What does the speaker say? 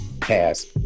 pass